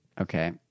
Okay